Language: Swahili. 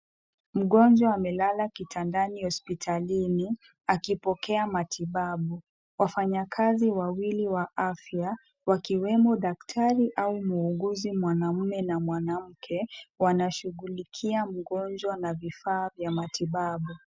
Mgonjwa amelala kitandani hospitalini akipokea matibabu , wafanyakazi wawili wa afya wakiwemo daktari au muuguzi mwanaume na mwanamke wanashughulikia mgonjwa na vifaa vya matibabu.